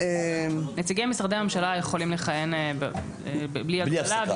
נציגי משרדי הממשלה יכולים לכהן בלי הגבלה.